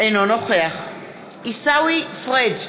אינו נוכח עיסאווי פריג'